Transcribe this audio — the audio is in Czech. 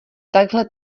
takhle